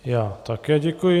Já také děkuji.